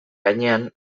gainean